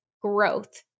growth